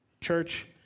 Church